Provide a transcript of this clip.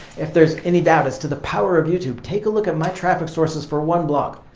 if there's any doubt as to the power of youtube, take a look at my traffic sources for one blog.